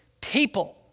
people